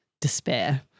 despair